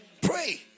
Pray